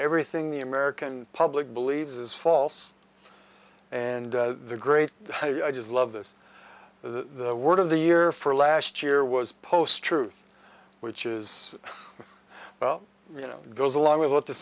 everything the american public believes is false and the great i just love this the word of the year for last year was post truth which is well you know goes along with what the